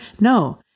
No